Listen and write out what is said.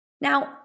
Now